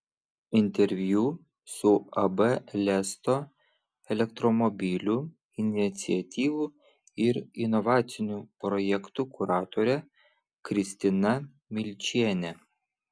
interviu su ab lesto elektromobilių iniciatyvų ir inovacinių projektų kuratore kristina milčiene